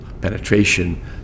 penetration